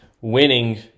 winning